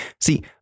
See